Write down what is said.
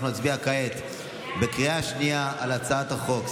אנחנו נצביע כעת בקריאה שנייה על הצעת החוק,